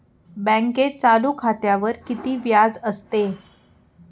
बँकेत चालू खात्यावर किती व्याज असते?